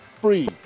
free